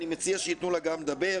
אני מציע שייתנו לה גם לדבר.